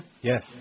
Yes